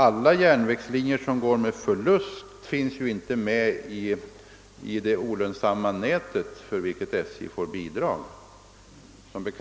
Alla järnvägslinjer som går med förlust tillhör emellertid som bekant inte det olönsamma bannät, för vilket SJ erhåller bidrag. En rad